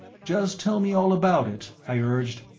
just tell me all about it, i urged.